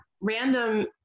random